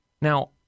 Now